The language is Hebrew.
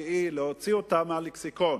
להוציא אותה מהלקסיקון,